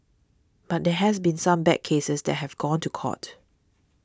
but there has been some bad cases that have gone to court